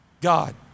God